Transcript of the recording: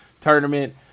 Tournament